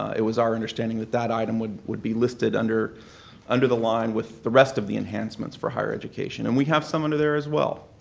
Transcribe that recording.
it was our understanding that that item would would be listed under under the line with the rest of the enhancements for higher education, and we have some under there as well.